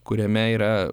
kuriame yra